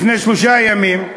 לפני שלושה ימים,